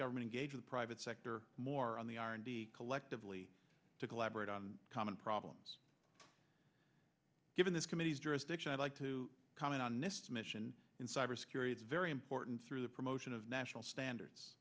government gave the private sector more on the r and d collectively to collaborate on common problems given this committee's jurisdiction i'd like to comment on this mission in cybersecurity it's very important through the promotion of national standards